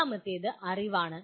രണ്ടാമത്തേത് അറിവാണ്